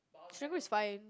Serangoon is fine